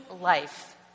life